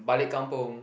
balik-Kampung